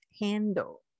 handle